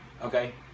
Okay